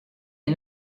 les